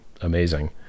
amazing